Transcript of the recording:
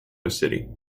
city